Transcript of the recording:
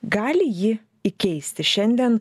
gali jį įkeisti šiandien